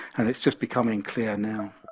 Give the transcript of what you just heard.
and it's just becoming clear now